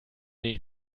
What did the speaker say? ich